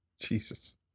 Jesus